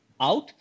out